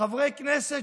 חברי כנסת,